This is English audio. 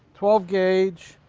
twelve gauge,